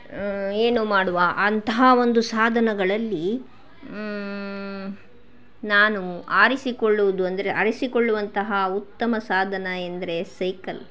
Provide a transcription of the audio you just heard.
ಏನು ಮಾಡುವ ಅಂತಹ ಒಂದು ಸಾಧನಗಳಲ್ಲಿ ನಾನು ಆರಿಸಿಕೊಳ್ಳುವುದು ಅಂದರೆ ಆರಿಸಿಕೊಳ್ಳುವಂತಹ ಉತ್ತಮ ಸಾಧನ ಎಂದರೆ ಸೈಕಲ್